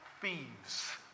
thieves